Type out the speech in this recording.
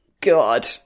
God